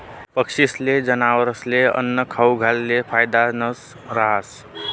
पक्षीस्ले, जनावरस्ले आन्नं खाऊ घालेल फायदानं रहास